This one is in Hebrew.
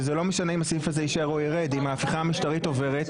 זה לא משנה אם הסעיף הזה יישאר או ירד אם ההפיכה המשטרית עוברת,